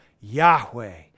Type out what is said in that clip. Yahweh